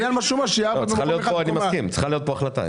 צריכה להיות כאן החלטה.